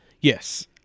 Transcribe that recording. Yes